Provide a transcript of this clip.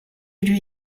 lui